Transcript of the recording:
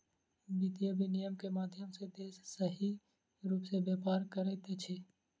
वित्तीय विनियम के माध्यम सॅ देश सही रूप सॅ व्यापार करैत अछि